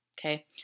okay